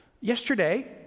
Yesterday